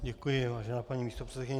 Děkuji, vážená paní místopředsedkyně.